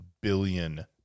billion